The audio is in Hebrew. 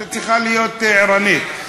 את צריכה להיות ערנית.